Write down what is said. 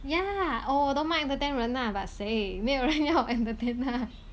ya lah or 我 don't mind entertain 人啦 but 谁没有人要 entertain mah